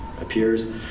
appears